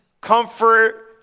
comfort